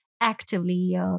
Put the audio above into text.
actively